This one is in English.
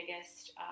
biggest